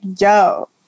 yo